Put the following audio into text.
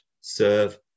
serve